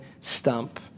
stump